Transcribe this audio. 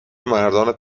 مردان